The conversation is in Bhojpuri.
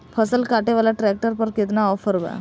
फसल काटे वाला ट्रैक्टर पर केतना ऑफर बा?